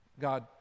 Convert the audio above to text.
God